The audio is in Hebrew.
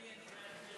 קריאה שנייה.